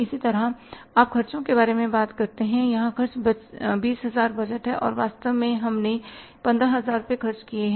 इसी तरह आप ख़र्चों के बारे में बात करते हैं यहां खर्च 20000 बजट हैं और वास्तव में हमने 15000 खर्च किए हैं